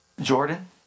Jordan